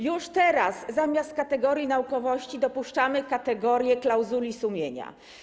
Już teraz zamiast kategorii naukowości dopuszczamy kategorię klauzuli sumienia.